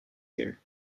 year